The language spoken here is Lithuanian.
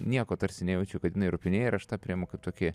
nieko tarsi nejaučiu kad jinai ropinėja ir aš tą priemu kaip tokį